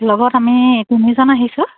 লগত আমি তিনিজন আহিছোঁ